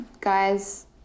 guys